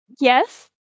yes